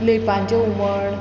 लेपांचें हुमण